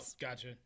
gotcha